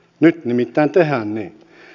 nyt nimittäin tehdään niin